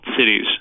cities